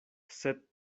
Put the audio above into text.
sed